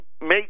make